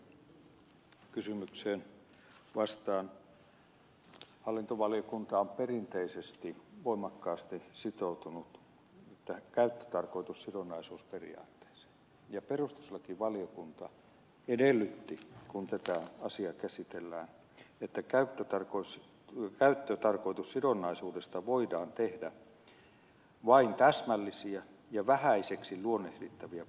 hallintovaliokunta on perinteisesti voimakkaasti sitoutunut käyttötarkoitussidonnaisuusperiaatteeseen ja perustuslakivaliokunta edellytti kun tätä asiaa käsitellään että käyttötarkoitussidonnaisuudesta voidaan tehdä vain täsmällisiä ja vähäiseksi luonnehdittavia poikkeuksia